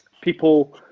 people